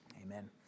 Amen